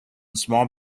small